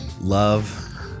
Love